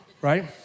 Right